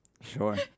Sure